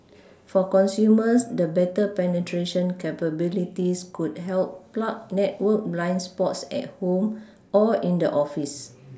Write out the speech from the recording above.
for consumers the better penetration capabilities could help plug network blind spots at home or in the office